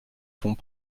fonds